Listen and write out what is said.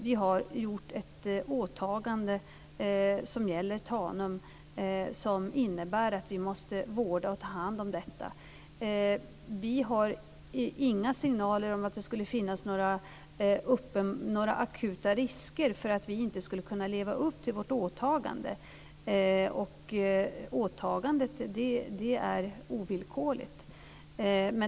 Vi har gjort ett åtagande som gäller Tanum som innebär att vi måste vårda och ta hand om detta. Vi har inte fått några signaler om att det finns akuta risker för att vi inte skulle kunna leva upp till vårt åtagande. Och åtagandet är ovillkorligt.